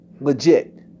Legit